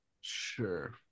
sure